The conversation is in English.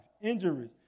injuries